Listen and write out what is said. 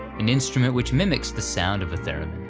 an instrument which mimics the sound of a theremin.